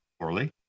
poorly